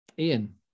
Ian